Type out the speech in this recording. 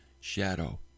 shadow